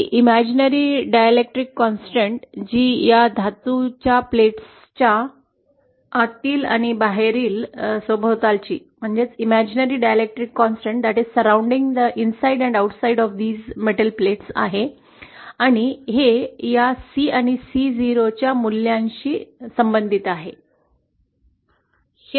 ही काल्पनिक डायलेक्ट्रिक स्थिरता जी या धातुच्या प्लेट्सच्या आतील आणि बाहेरील सभोवतालची आहे आणि हे या C आणि C0 च्या मूल्यांशी संबंधित आहे